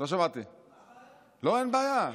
נהפוך הוא, אין בעיה.